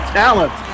talent